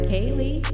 Kaylee